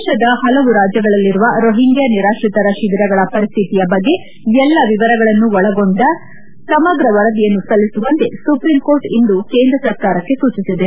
ದೇಶದ ಪಲವು ರಾಜ್ಲಗಳಲ್ಲಿರುವ ರೋಹಿಂಗ್ಗ ನಿರಾತ್ರಿತರ ಶಿವಿರಗಳ ಪರಿಸ್ವಿತಿಯ ಬಗ್ಗೆ ಎಲ್ಲ ವಿವರಗಳನ್ನು ಒಳಗೊಂಡ ಸಮಗ್ರ ವರದಿಯನ್ನು ಸಲ್ಲಿಸುವಂತೆ ಸುಪ್ರೀಂ ಕೋರ್ಟ್ ಇಂದು ಕೇಂದ್ರ ಸರ್ಕಾರಕ್ಷೆ ಸೂಚಿಸಿದೆ